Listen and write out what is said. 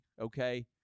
okay